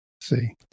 See